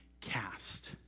cast